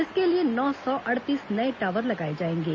इसके लिए नौ सौ अड़तीस नये टॉवर लगाए जाएंगे